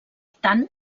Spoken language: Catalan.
tant